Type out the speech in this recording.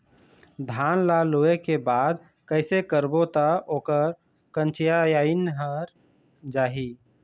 धान ला लुए के बाद कइसे करबो त ओकर कंचीयायिन हर जाही?